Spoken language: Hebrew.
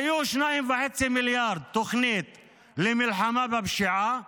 היו 2.5 מיליארד לתוכנית למלחמה בפשיעה